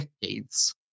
decades